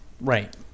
Right